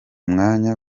mwanya